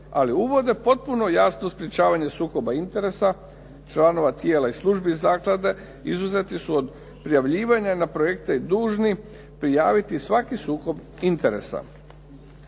ali uvode potpuno jasno sprečavanje sukoba interesa, članova tijela i službi iz zaklade, izuzeti su od prijavljivanja na projekte i dužni prijaviti svaki sukob interesa.